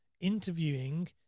interviewing